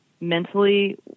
mentally